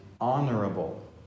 honorable